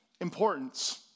importance